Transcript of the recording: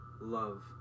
love